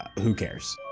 who cares?